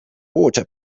water